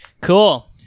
cool